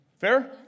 Fair